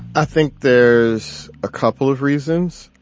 i think there's a couple of reasons.